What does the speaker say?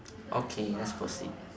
okay let's proceed